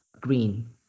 green